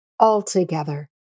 Altogether